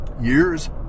years